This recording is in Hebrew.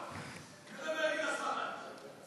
אני כיבדתי אותך עד הרגע